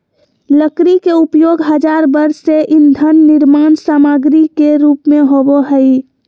लकड़ी के उपयोग हजार वर्ष से ईंधन निर्माण सामग्री के रूप में होबो हइ